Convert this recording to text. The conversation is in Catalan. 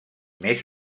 més